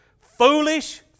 foolish